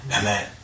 Amen